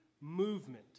movement